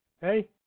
Hey